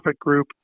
group